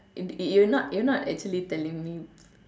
you you're not you're not actually telling me